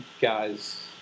guys